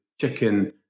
chicken